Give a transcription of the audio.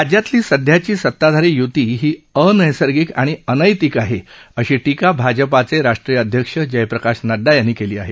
राज्यातली सध्याची सताधारी युती ही अनैसर्गिक आणि अनैतिक आहे अशी टीका भाजपाचे राष्ट्रीय अध्यक्ष जयप्रकाश नड़डडा यांनी केली आहे